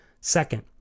Second